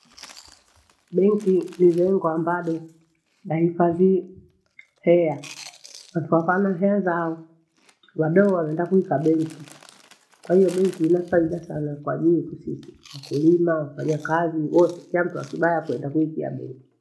Benki ni zengo ambado bahifadhi heya. Watu wakanaheza wadoa waenda kuika benki. Kwahiyo benki ina faida sana kwaajili yetu sisi wakulima, wafanyakazi, wote kiya mtu akiba yakwe aenda kuitia benki.